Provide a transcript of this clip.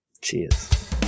Cheers